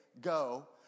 go